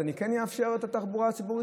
אז אני כן אאפשר את התחבורה הציבורית?